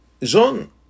john